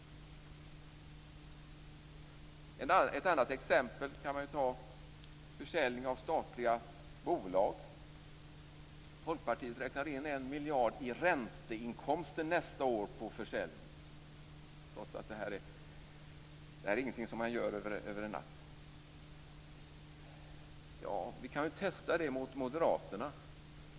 Ett annat exempel gäller försäljning av statliga bolag. Folkpartiet räknade in 1 miljard i ränteinkomster under nästa år på försäljningar, trots att det inte är någonting som genomförs under en natt. Vi kan ju testa detta förslag mot Moderaternas förslag.